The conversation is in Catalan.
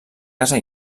casa